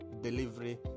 delivery